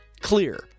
clear